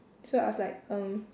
so I was like um